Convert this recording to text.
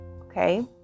Okay